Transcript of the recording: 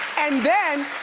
and then,